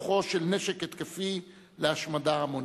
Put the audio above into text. פיתוחו של נשק התקפי להשמדה המונית.